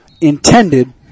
intended